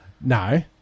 No